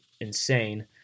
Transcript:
insane